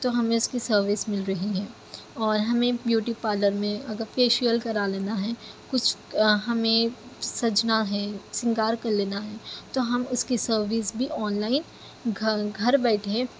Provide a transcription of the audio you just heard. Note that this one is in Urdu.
تو ہمیں اس کی سروس مل رہی ہیں اور ہمیں بیوٹی پالر میں اگر فیشیل کرا لینا ہے کچھ ہمیں سجنا ہے سنگار کر لینا ہے تو ہم اس کی سروس بھی آن لائن گھر گھر بیٹھے